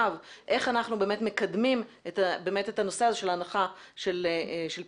איך אנחנו באמת מקדמים את הנושא הזה של ההנחה של פי.וי.